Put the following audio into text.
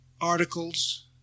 articles